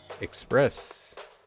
Express